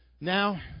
Now